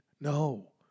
No